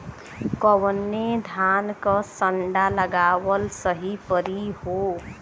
कवने धान क संन्डा लगावल सही परी हो?